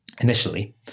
initially